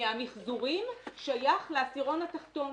מהמחזורים שייך לעשירון התחתון.